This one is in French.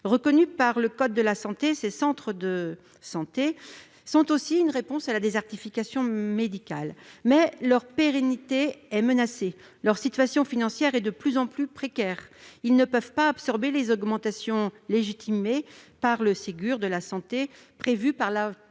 Reconnus par le code de la santé, ces centres sont aussi une réponse à la désertification médicale, mais leur pérennité est menacée, leur situation financière de plus en plus précaire, et ils ne peuvent pas absorber les augmentations légitimées par le Ségur de la santé, et prévues à son